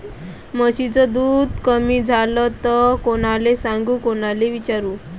म्हशीचं दूध कमी झालं त कोनाले सांगू कोनाले विचारू?